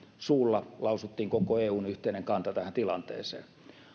suulla lausuttiin koko eun yhteinen kanta tähän tilanteeseen